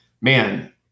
man